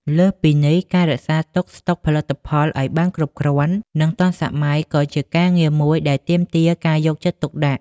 លើសពីនេះ ការរក្សាទុកស្តុកផលិតផលឱ្យបានគ្រប់គ្រាន់ និងទាន់សម័យក៏ជាការងារមួយដែលទាមទារការយកចិត្តទុកដាក់។